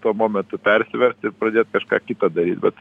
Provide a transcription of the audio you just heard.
tuo momentu persiverst ir pradėt kažką kita daryt bet